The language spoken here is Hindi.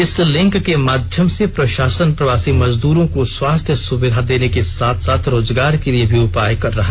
इस लिंक के माध्यम से प्रशासन प्रवासी मजदूरों को स्वास्थ्य सुविधा देने के साथ रोजगार के लिये भी उपाय कर रहा